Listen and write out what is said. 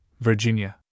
Virginia